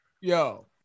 yo